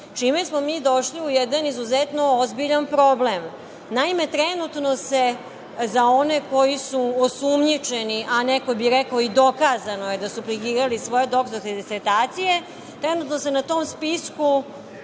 čime smo mi došli u jedan izuzetno ozbiljan problem. Naime, trenutno se za one koji su osumnjičeni, a neko bi rekao i dokazano je da su plagirali svoje doktorske disertacije, trenutno se na tom spisku,